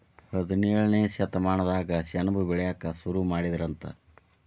ಹದಿನೇಳನೇ ಶತಮಾನದಾಗ ಸೆಣಬ ಬೆಳಿಯಾಕ ಸುರು ಮಾಡಿದರಂತ